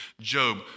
Job